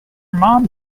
mom